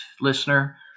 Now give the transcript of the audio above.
listener